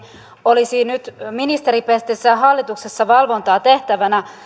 olisi nyt ministeripestissään hallituksessa valvontaa tehtävänä